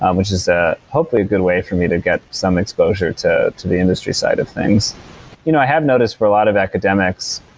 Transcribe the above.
um which is ah hopefully a good way for me to get some exposure to to the industry side of things you know i have noticed for a lot of academics,